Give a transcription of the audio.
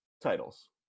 titles